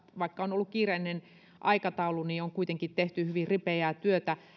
vaikka on ollut kiireellinen aikataulu on valiokunnassa kuitenkin tehty hyvin ripeää työtä